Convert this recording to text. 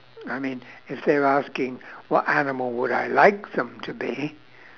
I mean if they're asking what animal would I like them to be